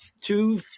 two